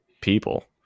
people